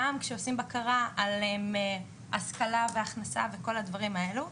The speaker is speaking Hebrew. גם כשעושים בקרה על השכלה והכנסה וכל הדברים האלו,